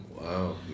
Wow